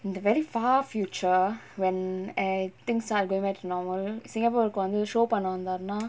in the very far future when err things are going back to normal singapore கு வந்து:ku vanthu show பண்ண வந்தாருனா:panna vanthaarunaa